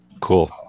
cool